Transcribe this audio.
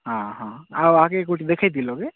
ହଁ ହଁ ଆଉ ଆଗେ କୋଉଠି ଦେଖେଇଥିଲ କି